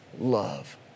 Love